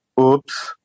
oops